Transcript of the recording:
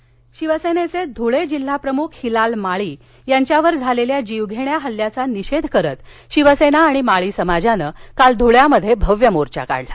धुळे शिवसेनेचे धुळे जिल्हाप्रमुख हिलाल माळी यांच्यावर झालेल्या जिवधेण्या हल्ल्याचा निषेध करत शिवसेना आणि माळी समाजानं काल धूळ्यात भव्य मोर्चा काढला